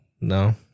No